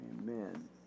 Amen